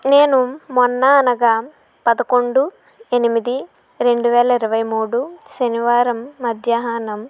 నేను మొన్న అనగా పదకొండు ఎనిమిది రెండు వేల ఇరవై మూడు శనివారం మధ్యాహ్నం